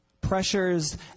pressures